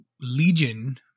Legion